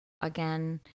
again